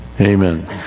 Amen